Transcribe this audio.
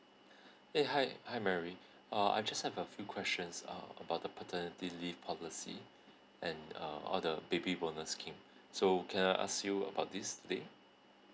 eh hi hi mary uh I just have a few questions uh about the paternity leave policy and uh all the baby bonus scheme so can I ask you about this today